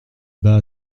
bas